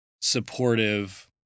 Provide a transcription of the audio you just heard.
supportive